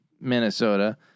Minnesota